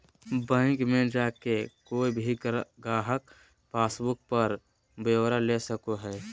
bank मे जाके कोय भी गाहक पासबुक पर ब्यौरा ले सको हय